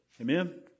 Amen